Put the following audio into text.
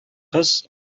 кыз